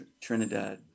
Trinidad